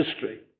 history